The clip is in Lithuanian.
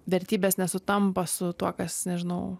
vertybės nesutampa su tuo kas nežinau